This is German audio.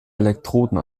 elektroden